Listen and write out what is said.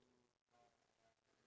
iya